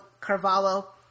Carvalho